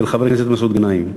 ולחברי חבר הכנסת מסעוד גנאים,